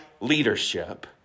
leadership